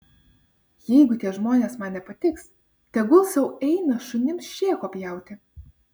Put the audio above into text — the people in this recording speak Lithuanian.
jeigu tie žmonės man nepatiks tegul sau eina šunims šėko pjauti